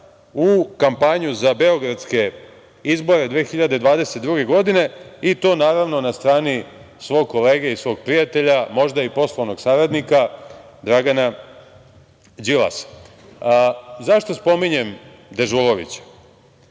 u kampanju za beogradske izbore 2022. godine i to naravno na strani svog kolege i svog prijatelj, možda i poslovnog saradnika Dragana Đilasa.Zašto spominjem Dežulovića?